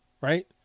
right